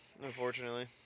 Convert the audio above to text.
Unfortunately